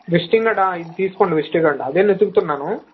visiting కార్డా ఇది తీసుకోండి విజిటింగ్ కార్డు అదే నేను చెబుతున్నాను